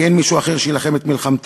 כי אין מישהו אחר שיילחם את מלחמתם.